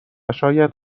شاید